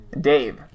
Dave